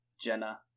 jenna